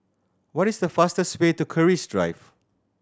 what is the fastest way to Keris Drive